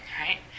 right